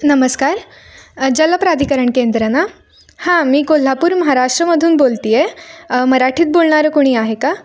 नमस्कार जलप्राधिकरण केंद्र ना हां मी कोल्हापूर महाराष्ट्रामधून बोलते आहे मराठीत बोलणारं कोणी आहे का